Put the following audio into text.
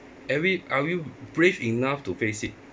and we are we brave enough to face it